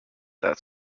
that